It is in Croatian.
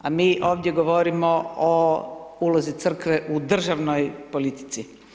A mi ovdje govorimo o ulozi Crkve u državnoj politici.